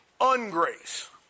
ungrace